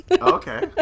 okay